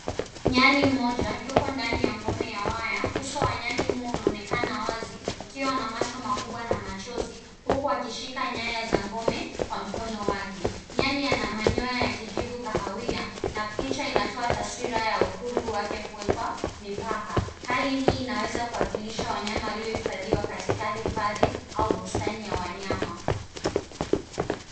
Nyani mmoja, yuko ndani ya ngome ya waya. Uso wa nyani huo unaonekana wazi, ukiwa na macho makubwa na machozi, huku akishika nyaya za ngome, kwa mkono wake. Nyani ana manyoya ya kijivu kahawia, na picha inatoa taswira ya uhuru wake, kuwekwa mipaka. Hali hii inaweza kuwakilisha wanyama waliohifadhiwa katika hifadhi, au bustani ya wanyama.